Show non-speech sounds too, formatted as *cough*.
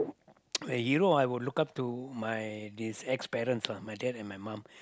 *noise* a hero I would look up to my these ex parents lah my dad and my mum